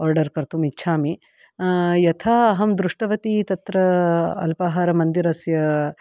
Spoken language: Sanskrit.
आर्डर् कर्तुम् इच्छामि यथा अहं दृष्टवती तत्र अल्पाहारमन्दिरस्य